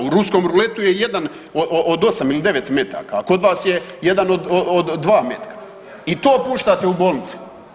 U ruskom ruletu je jedan od 8 ili 9 metaka, a kod vas je jedan od dva metka i to puštate u bolnice.